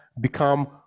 become